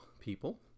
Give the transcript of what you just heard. people